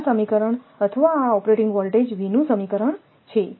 તેથી આ સમીકરણ અથવા આ ઓપરેટિંગ વોલ્ટેજ V નું સમીકરણ છે